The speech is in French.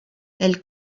elle